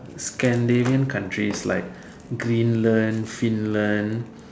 Scandinavian countries like Greenland Finland